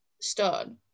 stone